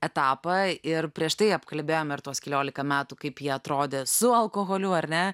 etapą ir prieš tai apkalbėjom ir tuos keliolika metų kaip ji atrodė su alkoholiu ar ne